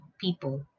people